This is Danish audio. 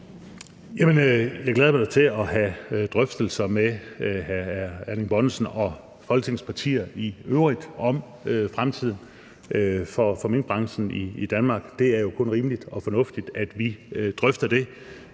mig da til at have drøftelser med hr. Erling Bonnesen og Folketingets partier i øvrigt om fremtiden for minkbranchen i Danmark. Det er jo kun rimeligt og fornuftigt, at vi drøfter det